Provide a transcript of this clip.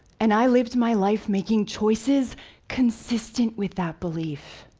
and i lived my life making choices consistent with that belief.